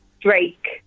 Drake